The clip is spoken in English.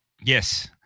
Yes